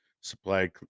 supply